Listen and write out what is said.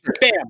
bam